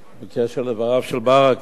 בקשר לדבריו של ברכה,